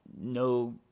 no